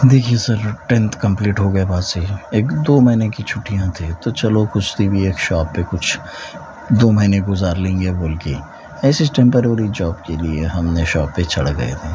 دیکھیے sir tenth complete ہو گیا اب آج سے ہی ایک دو مہینے کی چھٹیاں تھیں تو چلو کچھ ٹی وی ایک شاپ پہ کچھ دو مہینے گزار لیں گے بول کے ایسے ٹیمپروری جاب کے لیے ہم نے شاپ پہ چڑھ گئے ہیں